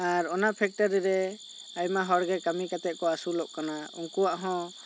ᱟᱨ ᱚᱱᱟ ᱯᱷᱮᱠᱴᱨᱤ ᱨᱮ ᱟᱭᱢᱟ ᱦᱚᱲ ᱠᱚ ᱟᱹᱥᱩᱞᱚᱜ ᱠᱟᱱᱟ ᱩᱱᱠᱩᱣᱟᱜ ᱦᱚᱸ